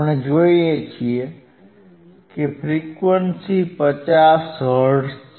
આપણે જોઈએ છીએ કે ફ્રીક્વન્સી 50 હર્ટ્ઝ છે